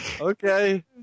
Okay